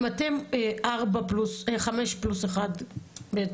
אם אתם חמישה פלוס אחד בעצם,